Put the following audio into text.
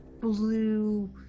blue